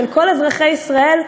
של כל אזרחי ישראל,